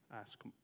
ask